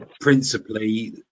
principally